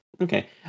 Okay